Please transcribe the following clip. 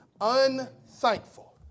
Unthankful